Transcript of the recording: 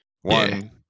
One